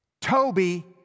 Toby